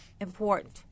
important